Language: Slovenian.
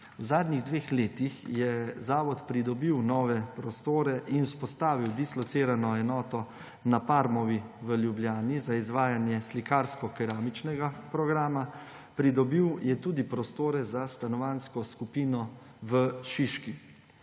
V zadnjih dveh letih je zavod pridobil nove prostore in vzpostavil dislocirano enoto na Parmovi v Ljubljani za izvajanje slikarsko-keramičnega programa. Pridobil je tudi prostore za stanovanjsko skupino v Šiški.